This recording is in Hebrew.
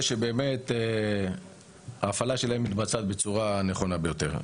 שבאמת ההפעלה שלהן מתבצעת בצורה הנכונה ביותר.